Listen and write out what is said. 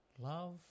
love